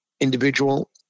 individual